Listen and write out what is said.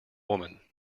woman